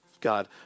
God